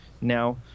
now